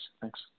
Thanks